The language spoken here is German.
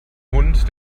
hund